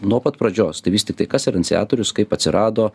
nuo pat pradžios tai vis tiktai kas yra iniciatorius kaip atsirado